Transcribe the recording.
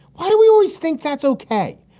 why do we always think that's ok?